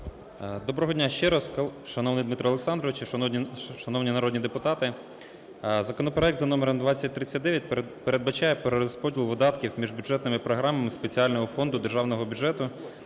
Доброго дня, ще раз. Шановний Дмитро Олександрович, шановні народні депутати! Законопроект за номером 2039 передбачає перерозподіл видатків між бюджетними програмами спеціального фонду Державного бюджету,